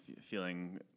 feeling